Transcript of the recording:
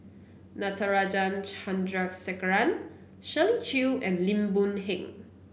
Natarajan Chandrasekaran Shirley Chew and Lim Boon Heng